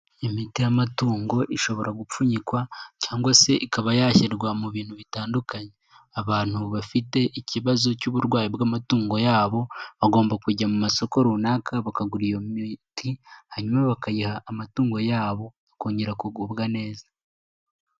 Imiti y'amatungo ishobora gupfunyikwa cyangwa se ikaba yashyirwa mu bintu bitandukanye, abantu bafite ikibazo cy'uburwayi bw'amatungo yabo bagomba kujya mu masoko runaka bakagura iyo miti, hanyuma bakayiha amatungo yabo, akongera akugubwa neza.